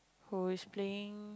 who is playing